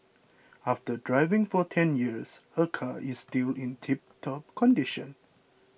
after driving for ten years her car is still in tiptop condition